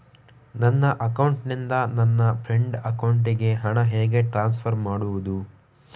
ನನ್ನ ಅಕೌಂಟಿನಿಂದ ನನ್ನ ಫ್ರೆಂಡ್ ಅಕೌಂಟಿಗೆ ಹಣ ಹೇಗೆ ಟ್ರಾನ್ಸ್ಫರ್ ಮಾಡುವುದು?